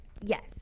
Yes